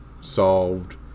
solved